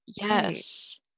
Yes